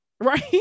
right